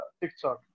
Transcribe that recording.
TikTok